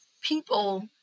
people